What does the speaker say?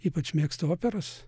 ypač mėgstu operas